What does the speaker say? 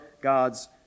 God's